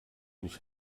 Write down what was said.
nicht